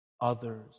Others